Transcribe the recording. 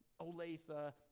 Olathe